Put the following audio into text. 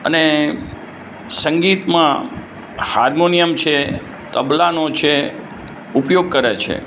અને સંગીતમાં હાર્મોનિયમ છે તબલાનો છે ઉપયોગ કરે છે